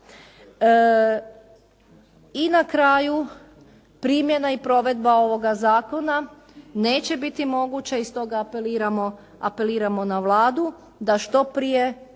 I na kraju primjena i provedba ovoga zakona neće biti moguća i stoga apeliramo na Vladu da što prije